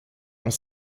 ont